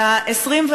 ב-24,